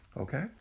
Okay